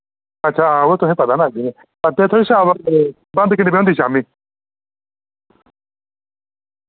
अच्छा हां ओ तुसें पता ना अग्गे बंद किन्ने बजे होंदी शाम्मी